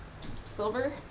silver